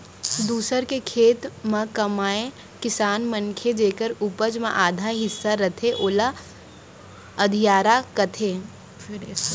दूसर के खेत ल कमइया किसान मनखे जेकर उपज म आधा हिस्सा रथे ओला अधियारा कथें